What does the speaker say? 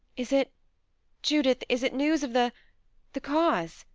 is it judith, is it news of the the cause?